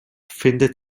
findet